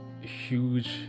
huge